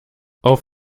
auf